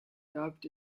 dubbed